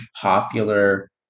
popular